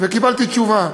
וקיבלתי תשובה.